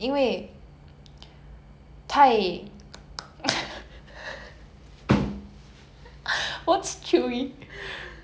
太太难咬咬到你的嘴巴酸